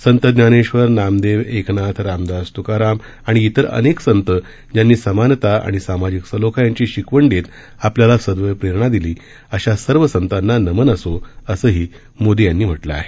संत ज्ञानेश्वर नामदेव एकनाथ रामदास त्काराम आणि इतर अनेक संत ज्यांनी समानता आणि सामाजिक सलोखा यांची शिकवण देत आपल्याला सदैव प्रेरणा दिली अशा सर्व संतांना नमन असो असंही मोदी यांनी म्हटलं आहे